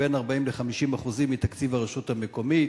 40% 50% מתקציב הרשות המקומית.